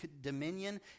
dominion